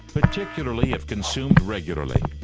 particularly if consumed regularly,